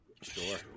Sure